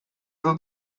dut